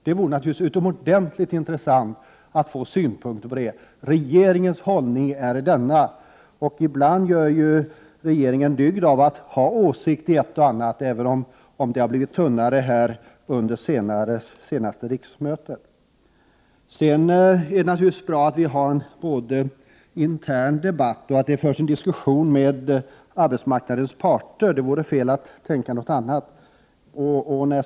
Det vore naturligtvis utomordentligt intressant att få höra regeringens synpunkter på det. Ibland gör regeringen en dygd av att ha åsikter i ett och annat, även om det har blivit tunnare med det under de senaste riksmötena. Det är naturligtvis bra att det förs en intern debatt och att det förs en diskussion med arbetsmarknadens parter — det vore fel att påstå någonting annat.